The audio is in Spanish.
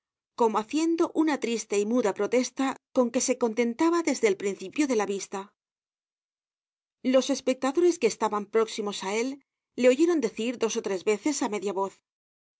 como haciendo una especie de triste y muda protesta con que se contentaba desde el principio de la vista los espectadores que estaban próximos á él le oyeron decir dos ó tres veces á media voz ved